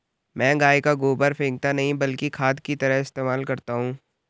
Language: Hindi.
मैं गाय का गोबर फेकता नही बल्कि खाद की तरह इस्तेमाल करता हूं